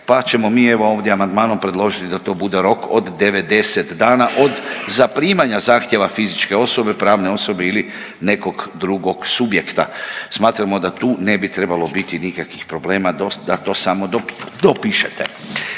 pa ćemo mi evo ovdje amandmanom predložiti da to bude rok od 90 dana od zaprimanja zahtjeva fizičke osobe, pravne osobe ili nekog drugog subjekta. Smatramo da tu ne bi trebalo biti nikakvih problema da to samo dopišete.